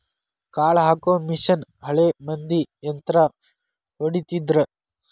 ಕಾಳ ಹಾಕು ಮಿಷನ್ ಹಳೆ ಮಂದಿ ಯಂತ್ರಾ ಹೊಡಿತಿದ್ರ